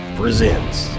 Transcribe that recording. presents